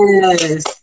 Yes